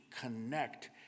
connect